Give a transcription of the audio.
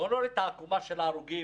בואו נוריד את העקומה של ההרוגים,